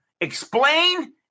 explain